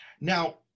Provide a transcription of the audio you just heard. Now